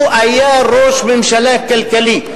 הוא היה ראש ממשלה כלכלי.